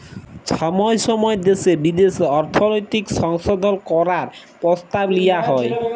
ছময় ছময় দ্যাশে বিদ্যাশে অর্থলৈতিক সংশধল ক্যরার পরসতাব লিয়া হ্যয়